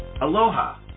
Aloha